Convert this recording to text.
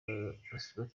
batita